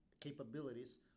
capabilities